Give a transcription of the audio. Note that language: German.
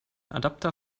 adapter